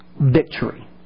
victory